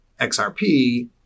XRP